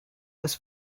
was